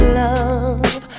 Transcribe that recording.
love